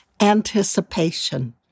anticipation